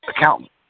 accountant